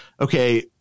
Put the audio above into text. okay